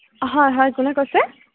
হয় হয় কোনে কৈছে